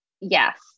Yes